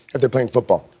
if they're playing football?